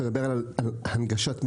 אתה יודע על הנגשת מידע?